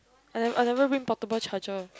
I ne~ I never bring portable charger